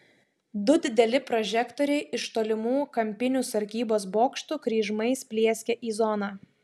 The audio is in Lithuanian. du dideli prožektoriai iš tolimų kampinių sargybos bokštų kryžmais plieskė į zoną